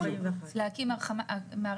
להקים מערכת מחשוב.